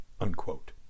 unquote